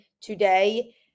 today